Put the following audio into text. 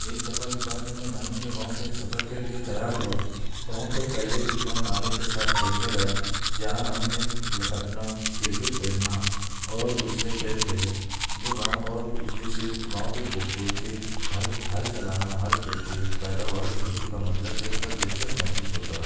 ایک دفعہ کی بات ہے کہ میں نانی کے گاؤں کے سفر کے لیے تیار ہوا گاؤں کے پہلے دن میں نانی کے ساتھ کھیلنے گیا جہاں ہم نے لٹکنا کرکٹ کھیلنا اور دوسرے کھیل کھیلیں جو گاؤں اور دوسری چیز گاؤں کی خوبصورتی ہل ہل چلانا ہل کھیتی پیداواری کھیتی کا منظر دیکھ کر دلچسپ محسوس ہوتا تھا